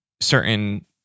certain